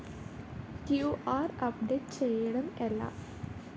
QR update చేయడం ఎలా?